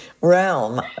realm